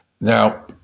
Now